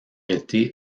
été